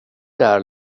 där